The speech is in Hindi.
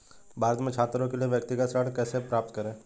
भारत में छात्रों के लिए व्यक्तिगत ऋण कैसे प्राप्त करें?